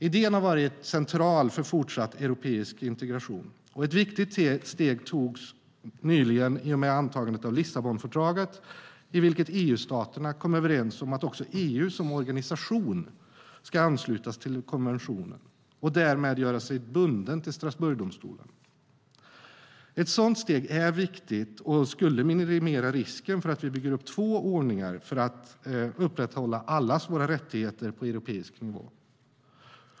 Idén har varit central för fortsatt europeisk integration, och ett viktigt steg togs nyligen i och med antagandet av Lissabonfördraget, i vilket EU-staterna kom överens om att också EU som organisation ska anslutas till konventionen och därmed göra sig bunden till Strasbourgdomstolen. Ett sådant steg är viktigt och skulle minimera risken för att vi bygger upp två ordningar för att upprätthålla allas våra rättigheter på europeisk nivå.